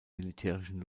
militärischen